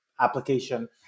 application